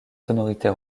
sonorités